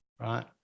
right